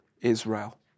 Israel